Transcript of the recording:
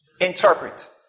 Interpret